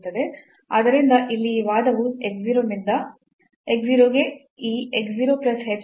ಆದ್ದರಿಂದ ಇಲ್ಲಿ ಈ ವಾದವು x 0 ರಿಂದ x 0 ಗೆ ಈ x 0 plus h ಗೆ ಬದಲಾಗುತ್ತದೆ